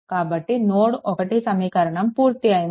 కాబట్టి నోడ్1 సమీకరణం పూర్తి అయ్యింది